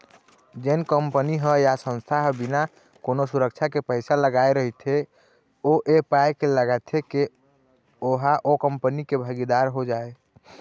जेन कंपनी ह या संस्था ह बिना कोनो सुरक्छा के पइसा लगाय रहिथे ओ ऐ पाय के लगाथे के ओहा ओ कंपनी के भागीदार हो जाय